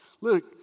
Look